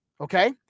Okay